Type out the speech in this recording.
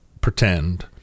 pretend